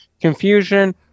confusion